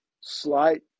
slight